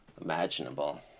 imaginable